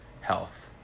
health